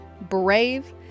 brave